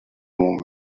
moment